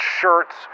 shirts